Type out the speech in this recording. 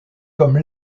comme